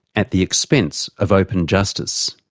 at the expense of open justice.